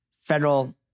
federal